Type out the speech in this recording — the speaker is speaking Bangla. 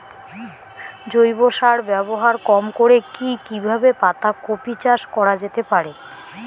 জৈব সার ব্যবহার কম করে কি কিভাবে পাতা কপি চাষ করা যেতে পারে?